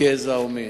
גזע או מין.